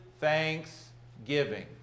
thanksgiving